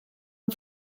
amb